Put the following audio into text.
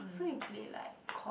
so you play like chord